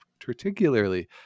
particularly